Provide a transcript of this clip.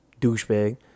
Douchebag